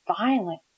violent